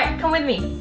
come with me